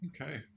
Okay